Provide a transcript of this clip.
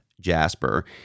Jasper